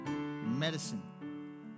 medicine